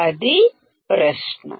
అది ప్రశ్న